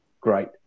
great